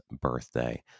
birthday